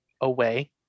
away